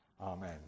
Amen